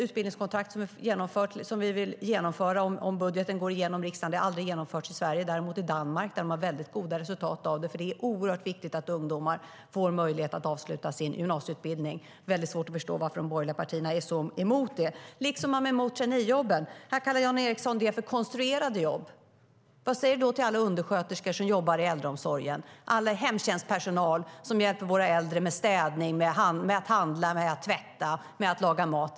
Utbildningskontrakt, som vi vill genomföra om budgeten går igenom i riksdagen, har aldrig genomförts i Sverige men däremot i Danmark där de har gett goda resultat. Likaså är man emot traineejobben. Jan Ericson kallar det för konstruerade jobb. Vad säger det till alla undersköterskor i äldreomsorgen och all hemtjänstpersonal som hjälper våra äldre med städning, handling, tvätt och matlagning?